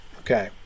Okay